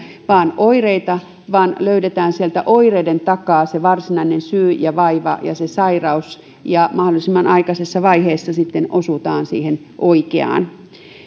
vain oireita vaan löydämme sieltä oireiden takaa sen varsinaisen syyn ja vaivan ja sen sairauden ja mahdollisimman aikaisessa vaiheessa sitten osumme siihen oikeaan